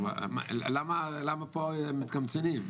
למה כאן מתקמצנים?